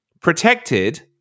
protected